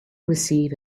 receive